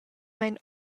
mein